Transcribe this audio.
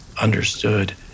understood